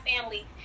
family